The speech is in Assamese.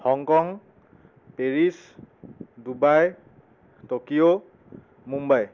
Hong Kong Paris Dubai Tokyo Mumbai